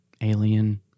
alien